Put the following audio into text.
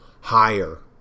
higher